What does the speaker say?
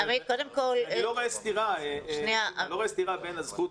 אני לא רואה סתירה בין הזכות,